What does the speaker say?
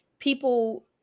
People